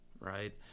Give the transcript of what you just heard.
Right